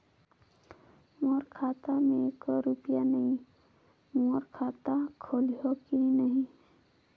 मोर खाता मे एको रुपिया नइ, मोर खाता खोलिहो की नहीं?